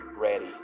ready